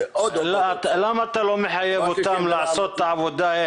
למה אתה לא מחייב אותם לעשות את העבודה?